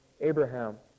Abraham